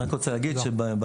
אני רק רוצה להגיד שבעתיד,